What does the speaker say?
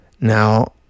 Now